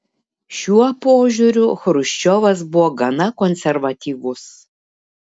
šiuo požiūriu chruščiovas buvo gana konservatyvus